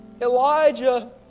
Elijah